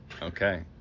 Okay